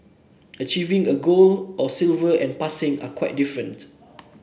achieving a gold or silver and passing are quite different